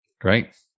Great